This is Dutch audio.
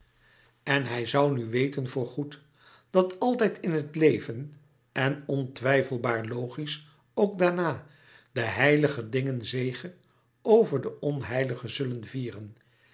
en hij zoû nu weten voor goed dat altijd in het leven en ontwijfelbaar logisch ook daarna de heilige dingen zege over de onheilige zullen vieren